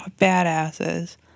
badasses